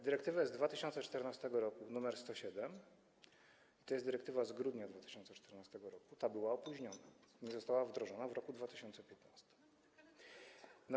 Dyrektywa z 2014 r. nr 107, to jest dyrektywa z grudnia 2014 r., była opóźniona, nie została wdrożona w roku 2015.